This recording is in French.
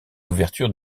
ouvertures